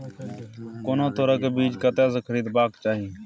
कोनो तरह के बीज कतय स खरीदबाक चाही?